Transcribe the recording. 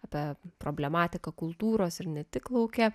apie problematiką kultūros ir ne tik lauke